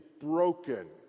broken